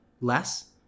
less